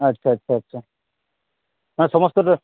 আচ্ছা আচ্ছা আচ্ছা হ্যাঁ সমস্তটা